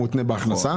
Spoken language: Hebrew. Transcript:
זה מותנה בהכנסה.